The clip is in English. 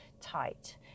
tight